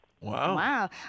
Wow